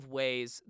ways